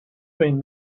been